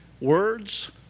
Words